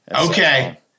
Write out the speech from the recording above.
Okay